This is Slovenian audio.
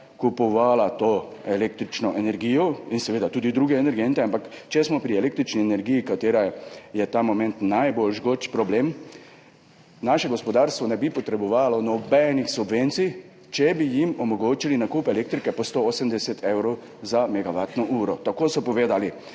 kupovala to električno energijo in seveda tudi druge energente, ampak če smo pri električni energiji, ki je ta moment najbolj žgoč problem, naše gospodarstvo ne bi potrebovalo nobenih subvencij, če bi jim omogočili nakup elektrike po 180 evrov za megavatno uro, tako so povedali.